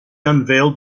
unveiled